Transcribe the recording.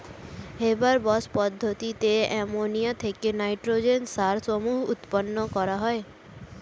Haber Bosch পদ্ধতিতে ammonia থেকে nitrogen সার সমূহ উৎপন্ন করা হয়